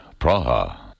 Praha